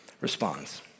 responds